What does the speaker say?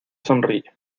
sonríe